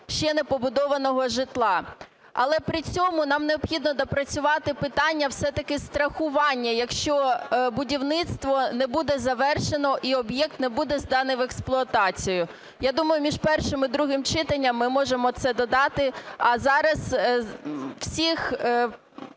ще не побудованого житла, але при цьому нам необхідно допрацювати питання все-таки страхування, якщо будівництво не буде завершено і об'єкт не буде зданий в експлуатацію. Я думаю, між першим і другим читанням ми можемо це додати. А зараз всіх